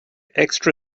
extra